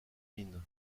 mines